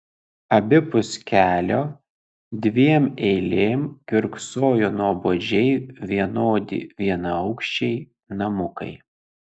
abipus kelio dviem eilėm kiurksojo nuobodžiai vienodi vienaaukščiai namukai